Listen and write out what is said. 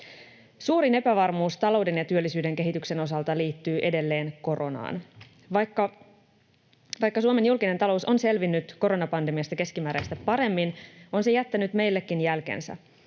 Suurin epävarmuus talouden ja työllisyyden kehityksen osalta liittyy edelleen koronaan. Vaikka Suomen julkinen talous on selvinnyt koronapandemiasta keskimääräistä paremmin, on se jättänyt meillekin jälkensä.